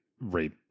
rape